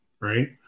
Right